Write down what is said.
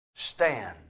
Stand